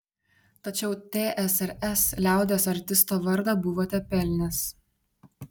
tačiau tsrs liaudies artisto vardą buvote pelnęs